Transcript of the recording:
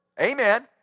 Amen